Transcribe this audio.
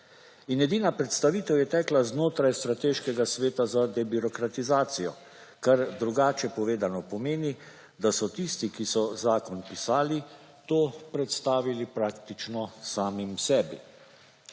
Edina predstavitev je tekla znotraj Strateškega sveta za debirokratizacijo, kar drugače povedano pomeni, da so tisti, ki so zakon pisali to predstavili praktično samim sebi.